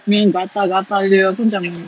dengan gatal-gatal dia aku macam